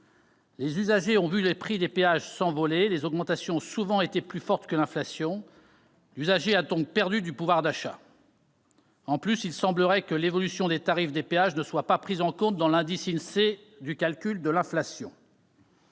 Les usagers ont vu les prix des péages s'envoler ; les augmentations ont été plus fortes que l'inflation. L'usager a donc perdu du pouvoir d'achat. En plus, l'évolution des tarifs des péages ne semble pas prise en compte dans l'indice de l'Insee de calcul de l'inflation.